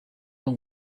long